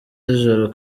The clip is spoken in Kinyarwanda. zijoro